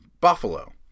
Buffalo